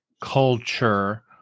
culture